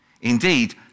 Indeed